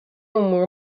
امور